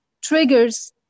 triggers